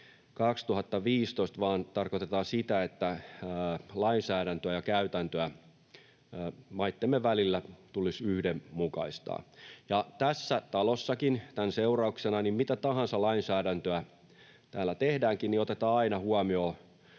vaan tarkoitetaan sitä, että lainsäädäntöä ja käytäntöä maittemme välillä tulisi yhdenmukaistaa. Tässäkin talossa tämän seurauksena, mitä tahansa lainsäädäntöä täällä tehdäänkin, otetaan aina huomioon